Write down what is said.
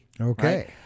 okay